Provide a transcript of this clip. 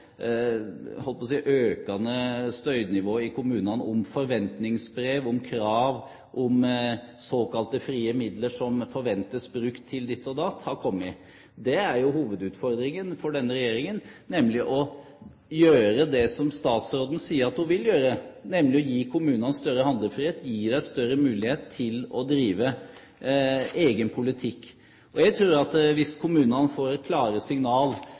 holdt på å si – det økende støynivået i kommunene om forventningsbrev, om krav, om såkalte frie midler som forventes brukt til ditt og datt, har kommet. Det er jo hovedutfordringen for denne regjeringen, nemlig å gjøre det som statsråden sier at hun vil gjøre, nemlig gi kommunene større handlefrihet, gi dem større mulighet til å drive egen politikk. Jeg tror at hvis kommunene får et klarere signal